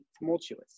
tumultuous